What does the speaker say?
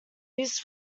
used